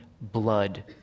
blood